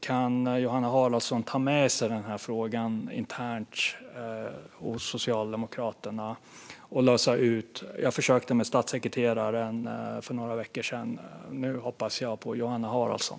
Kan Johanna Haraldsson ta med sig frågan för att lösas internt hos Socialdemokraterna. Jag försökte med statssekreteraren för några veckor sedan, och nu hoppas jag på Johanna Haraldsson.